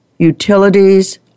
utilities